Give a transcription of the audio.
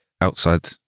outside